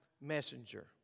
messenger